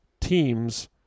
teams